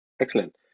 Excellent